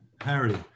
harry